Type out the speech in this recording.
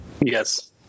Yes